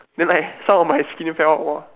then like some of my skin fell out !wah!